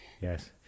Yes